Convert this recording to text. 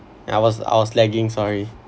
I was I was lagging sorry